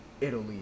italy